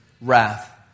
wrath